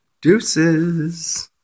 deuces